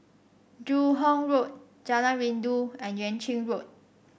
Joo Hong Road Jalan Rindu and Yuan Ching Road